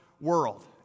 world